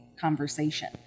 conversation